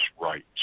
rights